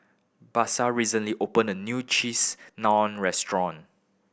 Basil recently open a new Cheese Naan Restaurant